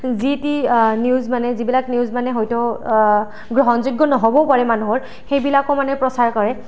যি টি নিউজ মানে যিবিলাক নিউজ মানে হয়তো গ্ৰহণযোগ্য নহ'বও পাৰে মানুহৰ সেইবিলাকো মানে প্ৰচাৰ কৰে